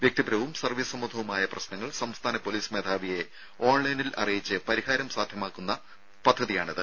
വ്യക്തിപരവും സർവ്വീസ് സംബന്ധവുമായ പ്രശ്നങ്ങൾ സംസ്ഥാന പൊലീസ് മേധാവിയെ ഓൺലൈനിൽ അറിയിച്ച് പരിഹാരം സാധ്യമാക്കുന്ന പദ്ധതിയാണിത്